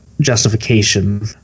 justification